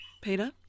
Peter